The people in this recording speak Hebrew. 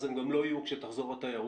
אז הם גם לא יהיו כשתחזור התיירות,